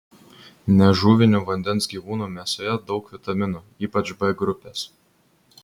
nežuvinių vandens gyvūnų mėsoje daug vitaminų ypač b grupės